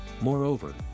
Moreover